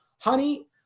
honey